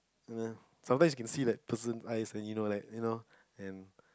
you know sometimes can see that the person eyes and you know like you know and